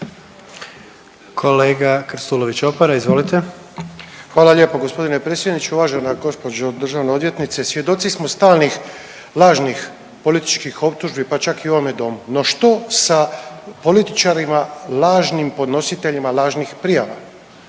**Krstulović Opara, Andro (HDZ)** Hvala lijepo g. predsjedniče. Uvažena gđo. državna odvjetnice, svjedoci smo stalnih lažnih političkih optužbi, pa čak i u ovome domu, no što sa političarima, lažnim podnositeljima lažnih prijava,